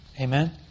Amen